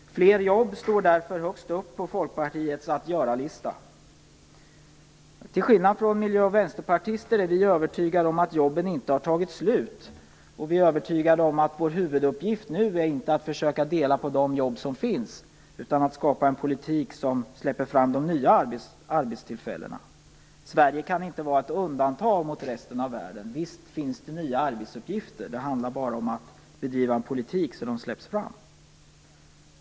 Fler jobb står därför högst upp på Folkpartiets "att göra"- lista. Till skillnad från miljöpartister och vänsterpartister är vi övertygade om att jobben inte har tagit slut. Vi är också övertygade om att vår huvudsakliga uppgift inte är att försöka att dela på de jobb som finns utan att skapa en politik som släpper fram de nya arbetstillfällena. Sverige kan inte vara ett undantag från resten av världen. Visst finns det nya arbetsuppgifter. Det handlar bara om att man skall bedriva en politik så att de släpps fram.